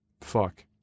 fuck